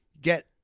get